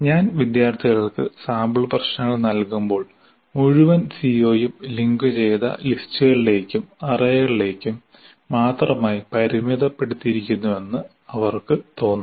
ഞാൻ വിദ്യാർത്ഥികൾക്ക് സാമ്പിൾ പ്രശ്നങ്ങൾ നൽകുമ്പോൾ മുഴുവൻ സിഒയും ലിങ്കുചെയ്ത ലിസ്റ്റുകളിലേക്കും അറേകളിലേക്കും മാത്രമായി പരിമിതപ്പെടുത്തിയിരിക്കുന്നുവെന്ന് അവർക്ക് തോന്നും